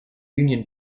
union